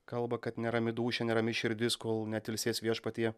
kalba kad nerami dūšia nerami širdis kol neatilsės viešpatyje